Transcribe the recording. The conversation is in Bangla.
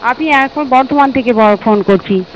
আমি এখন বর্ধমান থেকে ফোন করছি